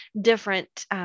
different